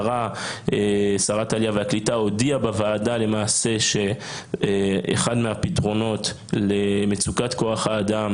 שרת העלייה והקליטה הודיעה בוועדה שאחד מהפתרונות למצוקת כוח האדם